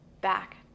back